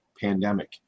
pandemic